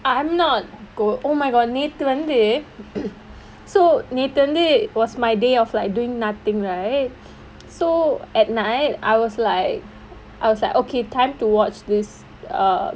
I'm not go oh my god நேத்து வந்து:nethu vanthu so நேத்து வந்து:nethu vanthu was my day of like doing nothing right so at night I was like I was like okay time to watch this err